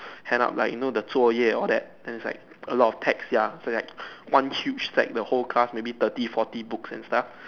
hand out like you know the 作业:Zuo Ye all that then is like a lot of text ya so that one huge stack the whole class maybe thirty forty books and stuff